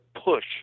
push